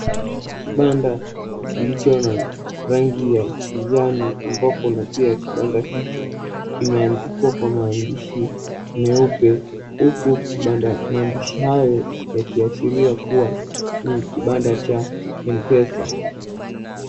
Kibanda kilicho na rangi ya kijani, ambapo na pia kibanda hicho kimeandikwa kwa maandishi meupe huku kibanda mandishi hayo yakiashiria kuwa ni kibanda cha Mpesa.